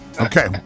Okay